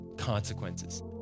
consequences